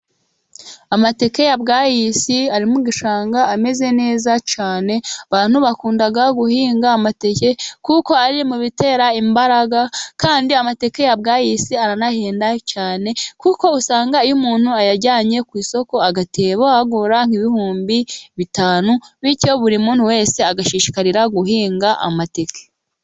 Amateke ya bwayisi ari mu gishanga ameze neza cyane, abantu bakunda guhinga amateke kuko ari mu bitera imbaraga, kandi amatekake ya bwayisi aranahenda cyane kuko usanga iyo umuntu ayajyanye ku isoko, agatebo agura nk'ibihumbi bitanu, bityo buri muntu wese agashishikarira guhinga amateke.